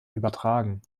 übertragen